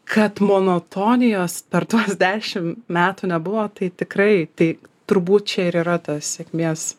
kad monotonijos per tuos dešimt metų nebuvo tai tikrai tai turbūt čia ir yra ta sėkmės